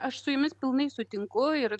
aš su jumis pilnai sutinku ir